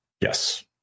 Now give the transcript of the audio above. yes